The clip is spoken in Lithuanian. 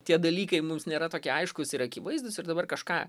tie dalykai mums nėra tokie aiškūs ir akivaizdūs ir dabar kažką